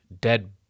dead